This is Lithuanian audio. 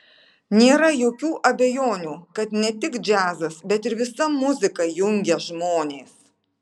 nėra jokių abejonių kad ne tik džiazas bet ir visa muzika jungia žmonės